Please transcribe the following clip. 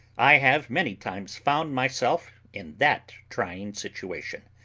i have many times found myself in that trying situation.